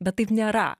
bet taip nėra